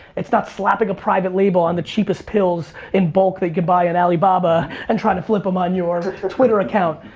it's not slapping a private label on the cheapest pills in bulk they could buy in alibaba and trying to flip them um on your twitter account.